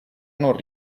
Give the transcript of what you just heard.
non